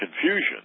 confusion